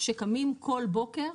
שקמים כל בוקר